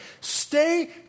stay